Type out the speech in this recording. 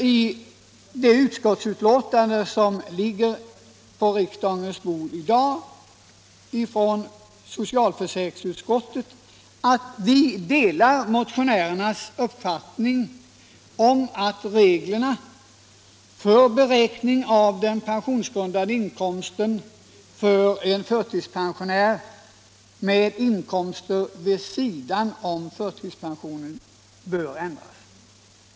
I det betänkande som ligger på riksdagens bord i dag säger socialförsäkringsutskottets majoritet att vi delar motionärernas uppfattning att reglerna för beräkning av pensionsgrundande inkomst för en förtidspensionär med inkomster vid sidan om förtidspensionen bör ändras.